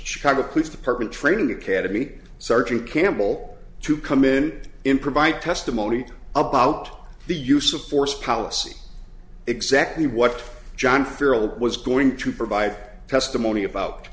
chicago police department training academy sergeant campbell to come in in provide testimony about the use of force policy exactly what john farrell was going to provide testimony about